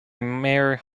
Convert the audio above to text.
mayor